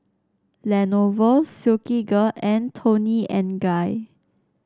Lenovo Silkygirl and Toni and Guy